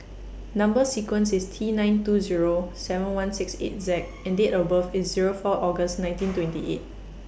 Number sequence IS T nine two Zero seven one six eight Z and Date of birth IS Zero four August nineteen twenty eight